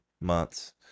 months